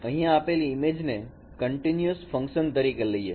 આપેલી ઇમેજને આપણે કંટીન્યુસ ફંકશન તરીકે લઇએ